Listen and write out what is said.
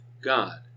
God